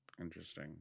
Interesting